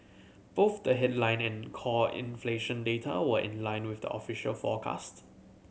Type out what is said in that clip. both the headline and core inflation data were in line with the official forecast